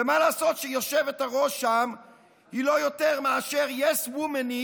ומה לעשות שהיושבת-ראש שם היא לא יותר מאשר יס-וומנית